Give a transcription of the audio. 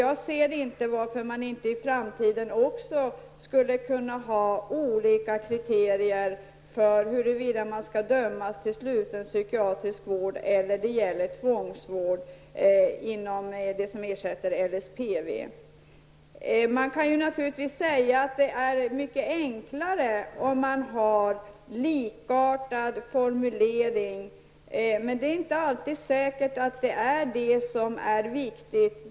Jag kan inte se varför man inte också i framtiden kan ha olika kriterier för huruvida någon skall dömas till sluten psykiatrisk vård eller beredas tvångsvård enligt de regler som ersätter Det kan naturligtvis sägas att det är mycket enklare om man har en likartad formulering. Men det är inte alltid säkert att detta är det viktiga.